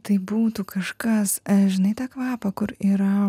tai būtų kažkas žinai tą kvapą kur yra